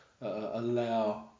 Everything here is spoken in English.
allow